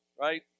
right